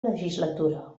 legislatura